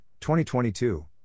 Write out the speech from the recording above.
2022